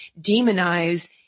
demonize